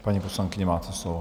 Paní poslankyně, máte slovo.